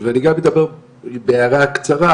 ואני גם מדבר בהערה קצרה,